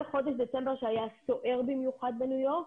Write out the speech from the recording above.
חודש דצמבר שהיה סוער במיוחד בניו יורק.